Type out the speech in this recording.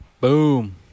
Boom